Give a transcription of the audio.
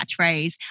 catchphrase